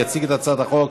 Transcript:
יציג את הצעת החוק